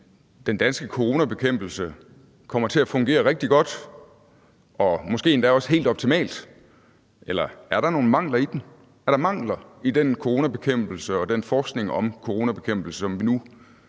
den danske coronabekæmpelse kommer til at fungere rigtig godt og måske endda også helt optimalt, eller er der nogle mangler i den? Er der mangler i den coronabekæmpelse og den forskning om coronabekæmpelse, som vi nu